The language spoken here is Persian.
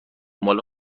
مال